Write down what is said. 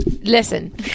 Listen